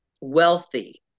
wealthy